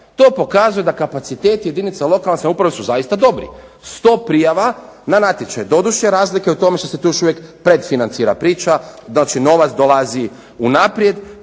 To pokazuje da kapaciteti jedinica lokalne samouprave su zaista dobri. Sto prijava na natječaj. Doduše razlika je u tome što se tu još uvijek predfinancira priča, znači dolazi unaprijed